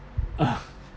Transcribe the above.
ah